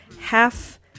half